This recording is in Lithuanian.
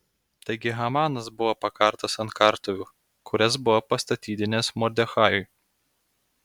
taigi hamanas buvo pakartas ant kartuvių kurias buvo pastatydinęs mordechajui